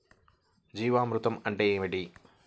జీవామృతం అంటే ఏమిటి?